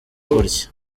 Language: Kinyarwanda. gutya